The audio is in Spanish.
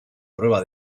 prueba